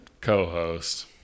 co-host